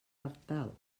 ardal